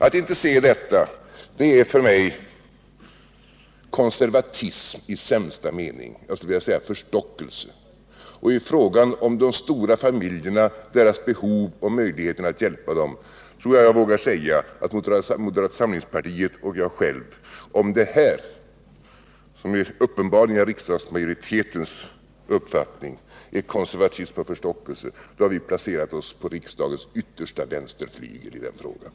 Att inte inse detta är för mig konservatism i sämsta bemärkelse, jag skulle vilja säga förstockelse. När det gäller de stora barnfamiljerna, deras behov och möjligheterna att hjälpa dem tror jag att jag vågar säga att moderata samlingspartiet, om riksdagsmajoritetens uppfattning är konservatism och förstockelse, har placerat sig på riksdagens yttersta vänsterflygel i dessa frågor.